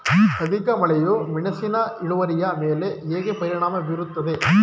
ಅಧಿಕ ಮಳೆಯು ಮೆಣಸಿನ ಇಳುವರಿಯ ಮೇಲೆ ಹೇಗೆ ಪರಿಣಾಮ ಬೀರುತ್ತದೆ?